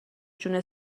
جون